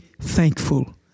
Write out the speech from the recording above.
thankful